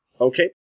Okay